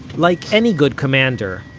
like any good commander,